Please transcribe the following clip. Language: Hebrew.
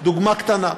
דוגמה קטנה.